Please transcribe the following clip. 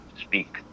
Speak